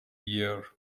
year